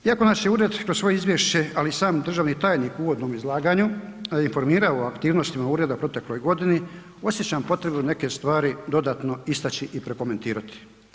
Iako nas je ured kroz svoje izvješće, ali i sam državni tajnik u uvodnom izlaganju, informirao o aktivnostima ureda u protekloj godini osjećam potrebu neke stvari dodatno istači i prokomentirati.